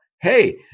hey